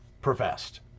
professed